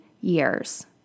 years